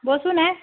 बसून आहे